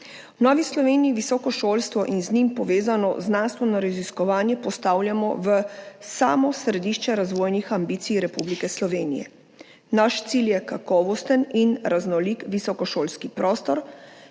V Novi Sloveniji visoko šolstvo in z njim povezano znanstveno raziskovanje postavljamo v samo središče razvojnih ambicij Republike Slovenije. Naš cilj je kakovosten in raznolik visokošolski prostor,